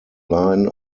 line